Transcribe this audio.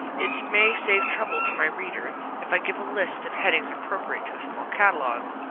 it may save trouble to my reader if i give a list of headings appropriate to a small catalogue.